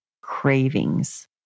cravings